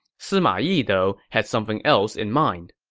sima yi, though, had something else in mind.